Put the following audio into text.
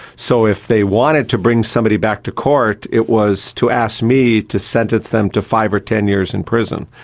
so if they wanted to bring somebody back to court it was to ask me to sentence them to five or ten years in prison.